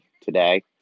today